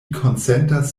konsentas